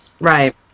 Right